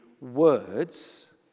words